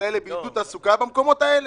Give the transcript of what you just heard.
האלה בעידוד תעסוקה במקומות האלה?